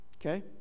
Okay